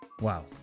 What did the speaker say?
Wow